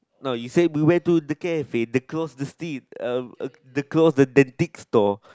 now you say beware to the cafe across the street um across the then dick store